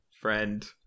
friend